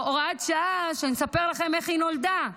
הוראת שעה שאני אספר לכם איך היא נולדה.